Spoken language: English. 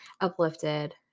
uplifted